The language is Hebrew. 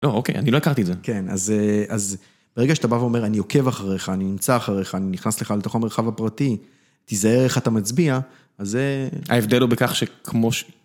לא, אוקיי, אני לא הכרתי את זה. כן, אז ברגע שאתה בא ואומר, אני עוקב אחריך, אני נמצא אחריך, אני נכנס לך לתוך המרחב הפרטי, תיזהר איך אתה מצביע, אז זה... ההבדל הוא בכך שכמו ש...